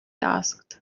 asked